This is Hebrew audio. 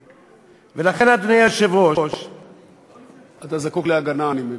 לכן, אדוני היושב-ראש, אתה זקוק להגנה, אני מבין.